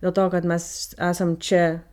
dėl to kad mes esam čia